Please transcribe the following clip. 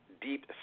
deep